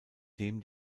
dem